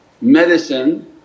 medicine